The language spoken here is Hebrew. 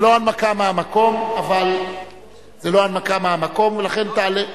זאת לא הנמקה מהמקום, ולכן תעלה,